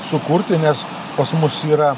sukurti nes pas mus yra